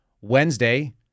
Wednesday